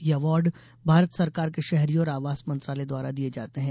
यह अवार्ड भारत सरकार के शहरी एवं आवास मंत्रालय द्वारा दिये जाते हैं